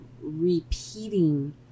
repeating